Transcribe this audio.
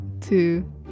two